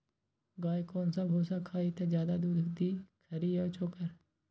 गाय कौन सा भूसा खाई त ज्यादा दूध दी खरी या चोकर?